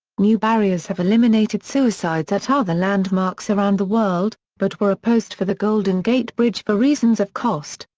new barriers have eliminated suicides at other landmarks around the world, but were opposed for the golden gate bridge for reasons of cost,